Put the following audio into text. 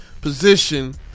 position